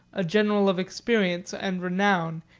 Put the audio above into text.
a general of experience and renown,